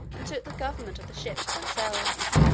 and took the government of the ship to themselves.